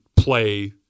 play